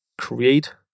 create